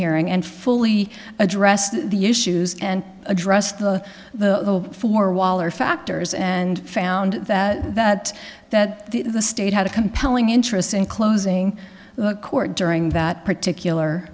hearing and fully addressed the issues and addressed the the four waller factors and found that that the state had a compelling interest in closing the court during that particular